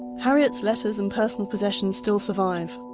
harriet's letters and personal possessions still survive.